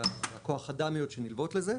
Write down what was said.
וכוח האדם שנלוות לזה.